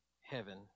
heaven